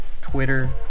Twitter